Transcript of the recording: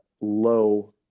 low